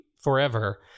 forever